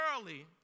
early